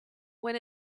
when